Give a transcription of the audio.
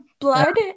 blood